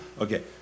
okay